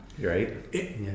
Right